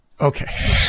Okay